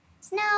Snow